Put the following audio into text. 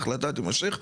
ההחלטה תימשך.